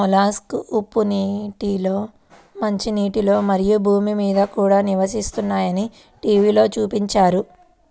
మొలస్క్లు ఉప్పు నీటిలో, మంచినీటిలో, మరియు భూమి మీద కూడా నివసిస్తాయని టీవిలో చూపించారు